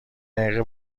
دقیقه